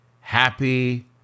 happy